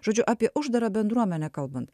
žodžiu apie uždarą bendruomenę kalbant